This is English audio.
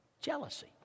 jealousy